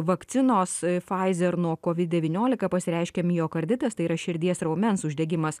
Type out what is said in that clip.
vakcinos faizer nuo kovid devyniolika pasireiškia miokarditas tai yra širdies raumens uždegimas